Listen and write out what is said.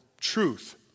truth